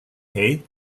hei